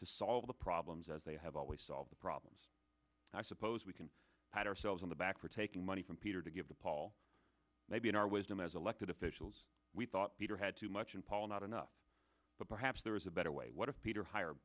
to solve the problems as they have always solve the problems i suppose we can pat ourselves on the back for taking money from peter to give the paul maybe in our wisdom as elected officials we thought peter had too much and paul not enough but perhaps there is a better way what if peter higher